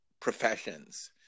professions